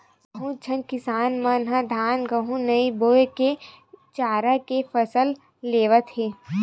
बहुत झन किसान मन ह धान, गहूँ नइ बो के चारा के फसल लेवत हे